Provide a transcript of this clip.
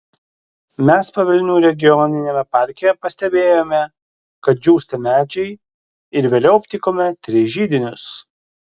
mes pavilnių regioniniame parke pastebėjome kad džiūsta medžiai ir vėliau aptikome tris židinius